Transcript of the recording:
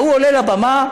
ההוא עולה לבמה,